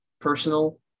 personal